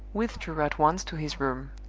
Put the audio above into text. withdrew at once to his room.